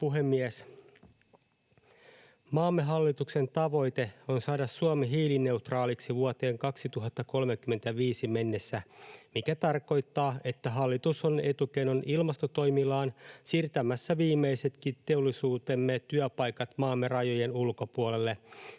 Maamme hallituksen tavoite on saada Suomi hiilineutraaliksi vuoteen 2030 mennessä, mikä tarkoittaa, että hallitus on etukenon ilmastotoimillaan siirtämässä viimeisetkin teollisuutemme työpaikat maamme rajojen ulkopuolelle.